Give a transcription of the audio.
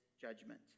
judgment